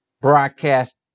broadcast